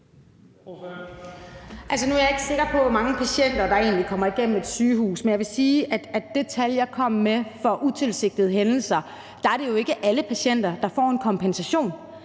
nu er jeg ikke sikker på, hvor mange patienter der egentlig kommer igennem et sygehus, men jeg vil sige, at med hensyn til det tal for utilsigtede hændelser, som jeg kom med, er det jo ikke alle patienter, der får en kompensation.